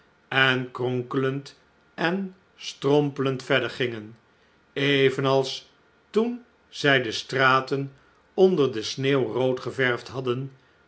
en kronkelend en strompelend verder gingen evenals toen zij de straten onder de sneeuw rood geverfd hadden